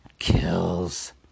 Kills